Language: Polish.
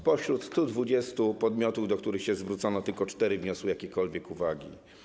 Spośród 120 podmiotów, do których się zwrócono, tylko cztery wniosły jakiekolwiek uwagi.